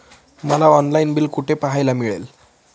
मला online bill कुठे पाहायला मिळेल?